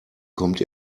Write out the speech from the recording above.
kommt